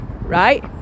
right